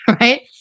right